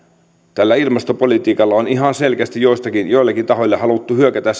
tällä ilmastopolitiikalla on ihan selkeästi joillakin tahoilla haluttu hyökätä